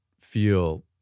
feel